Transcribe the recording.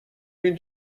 این